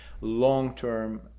long-term